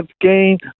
gained